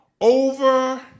over